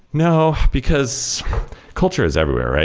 no, because culture is everywhere.